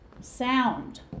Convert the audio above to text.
sound